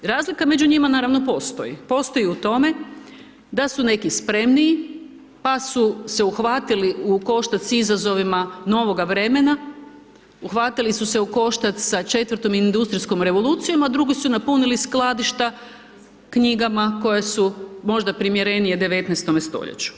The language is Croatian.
Razlika među njima naravno postoji, postoji u tome da su neki spremniji pa su se uhvatili u koštac s izazovima novoga vremena, uhvatili su se u koštac sa IV. industrijskom revolucijom a drugi su napunili skladišta knjigama koje su možda primjerenije 19. st.